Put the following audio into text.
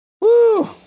Woo